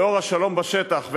לאור השלום בשטח,